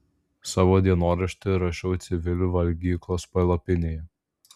savo dienoraštį rašau civilių valgyklos palapinėje